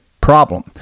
problem